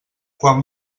quan